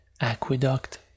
aqueduct